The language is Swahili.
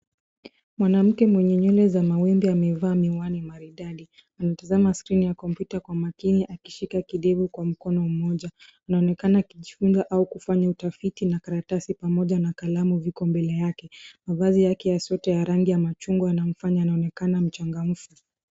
Mwanamke mwenye nywele za mawimbi amevaa miwani maridadi. Ametazama skrini ya kompyuta kwa makini akishika kidevu kwa mkono mmoja. Anaonekana akijiunga au kufanya utafiti na karatasi pamoja na kalamu viko mbele yake. Mavazi yake ya sweta ya rangi ya machungwa yanamfanya anaonekana mchangamfu.